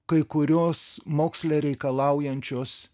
kai kurios moksle reikalaujančios